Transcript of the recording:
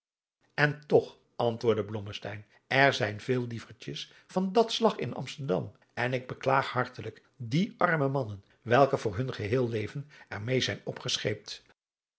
en toch antwoordde blommesteyn er zijn veel lievertjes van dat slag in amsterdam en ik beklaag hartelijk die arme mannen welke voor hun geheel leven er meê zijn opgescheept